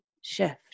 shift